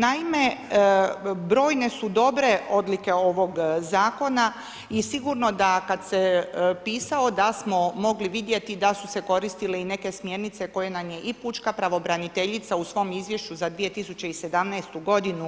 Naime, brojne su dobre odlike ovog zakona i sigurno da kad se pisao da smo mogli vidjeti da su se koristile i neke smjernice koje nam je i pučka pravobraniteljica u svom izvješću za 2017. g.